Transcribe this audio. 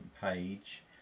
page